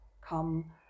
come